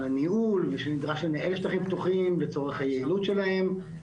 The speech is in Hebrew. הניהול ושנדרש לנהל שטחים פתוחים לצורך היעילות שלהם,